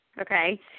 Okay